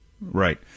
Right